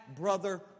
brother